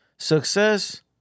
success